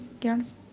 girls